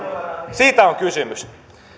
siitä on kysymys